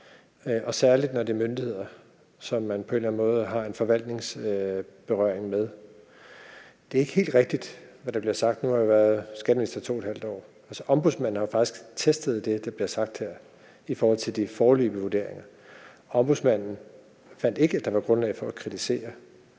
særlig når det er myndigheder, som man på en eller anden måde har en forvaltningsberøring med. Det er ikke helt rigtigt, hvad der bliver sagt. Nu har jeg jo været skatteminister i 2½ år. Altså, Ombudsmanden har jo faktisk testet det, der bliver sagt her i forhold til de foreløbige vurderinger. Ombudsmanden fandt ikke, at der var grundlag for at kritisere